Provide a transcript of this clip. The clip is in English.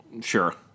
Sure